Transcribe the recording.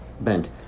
Bent